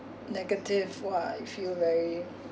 negative !wah! you feel very